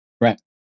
Right